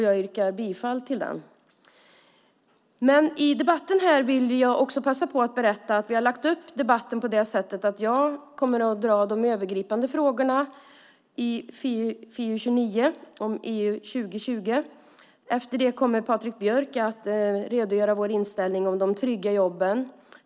Jag yrkar bifall till den. Vi har lagt upp debatten så att jag kommer att ta de övergripande frågorna om EU 2020. Därefter kommer Patrik Björck att redogöra för vår inställning till de trygga jobben.